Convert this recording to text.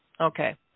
okay